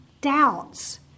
doubts